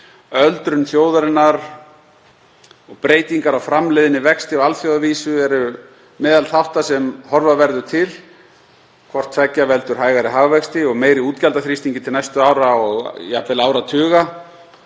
Öldrun þjóðarinnar og breytingar á framleiðnivexti á alþjóðavísu eru meðal þátta sem horfa verður til. Hvort tveggja veldur hægari hagvexti og meiri útgjaldaþrýstingi til næstu ára og jafnvel áratuga